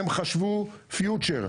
הם חשבו בעתיד,